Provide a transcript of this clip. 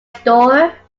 store